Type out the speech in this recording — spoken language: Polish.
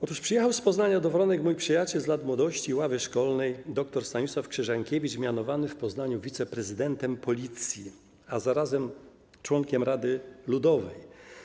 Otóż: przyjechał z Poznania do Wronek mój przyjaciel z lat młodości i ławy szkolnej dr Stanisław Krzyżankiewicz, mianowany w Poznaniu wiceprezydentem Policji, a zarazem członkiem Rady Ludowej.